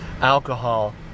alcohol